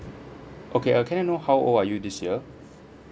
okay uh can I know how old are you this year